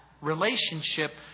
relationship